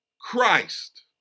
Christ